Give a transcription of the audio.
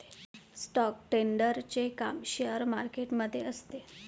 stock ट्रेडरचे काम share market मध्ये असते